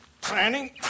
Planning